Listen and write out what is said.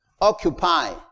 occupy